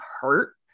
hurt